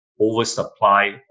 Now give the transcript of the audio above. oversupply